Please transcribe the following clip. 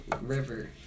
river